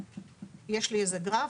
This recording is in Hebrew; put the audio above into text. יש לי איזה גרף.